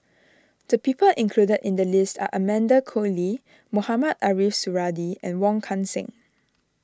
the people included in the list are Amanda Koe Lee Mohamed Ariff Suradi and Wong Kan Seng